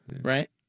right